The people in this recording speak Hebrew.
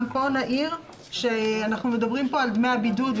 גם פה נעיר שאנחנו מדברים פה על דמי הבידוד.